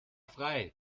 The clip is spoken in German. frei